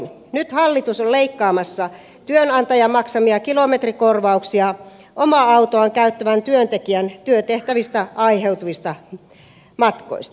nyt hallitus on leikkaamassa työnantajan maksamia kilometrikorvauksia omaa autoaan käyttävän työntekijän työtehtävistä aiheutuvista matkoista